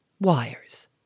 Wires